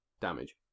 damage